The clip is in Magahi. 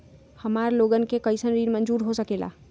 हमार लोगन के कइसन ऋण मंजूर हो सकेला?